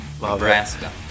Nebraska